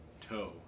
toe